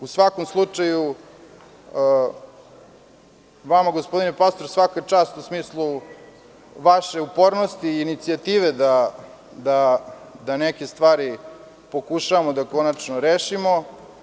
U svakom slučaju, vama, gospodine Pastor, svaka čast u smislu vaše upornosti i inicijative da neke stvari pokušavamo konačno da rešimo.